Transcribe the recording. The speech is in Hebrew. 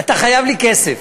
אתה חייב לי כסף,